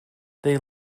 they